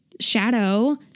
Shadow